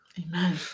Amen